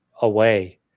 away